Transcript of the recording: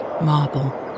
marble